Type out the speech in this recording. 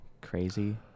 crazy